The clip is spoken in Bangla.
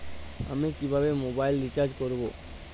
আমি কিভাবে মোবাইল রিচার্জ করব?